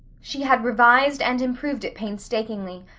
she had revised and improved it painstakingly,